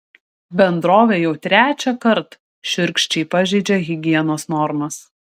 bendrovė jau trečiąkart šiurkščiai pažeidžia higienos normas